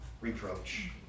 reproach